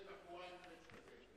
ותחבורה עם קוועץ' כזה.